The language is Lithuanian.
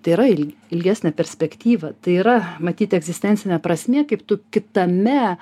tai yra il ilgesnė perspektyva tai yra matyt egzistencinė prasmė kaip tu kitame